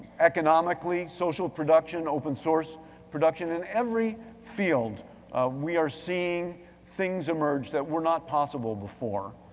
economically, social production, open source production, in every field we're seeing things emerge that were not possible before.